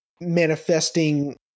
manifesting